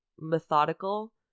methodical